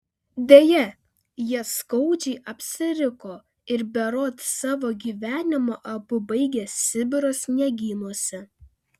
deja jie skaudžiai apsiriko ir berods savo gyvenimą abu baigė sibiro sniegynuose